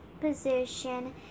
position